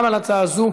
גם על הצעה זאת,